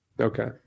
Okay